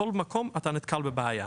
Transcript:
בכל מקום אתה נתקל בבעיה.